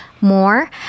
more